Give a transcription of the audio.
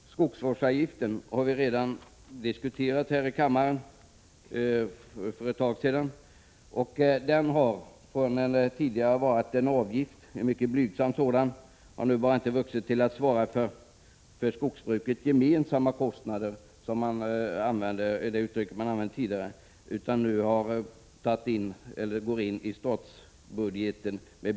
Skogsvårdsavgiften har vi redan diskuterat här i kammaren. Avgiften var tidigare mycket blygsam och avsåg för skogsbruket gemensamma kostnader, som uttrycket löd. Nu gäller det betydligt högre summor i statsbudgeten.